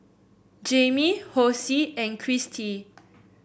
Jamey Hosea and Christy